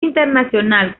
internacional